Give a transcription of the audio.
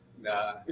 Nah